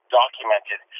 documented